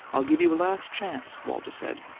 i'll give you a last chance, walter said.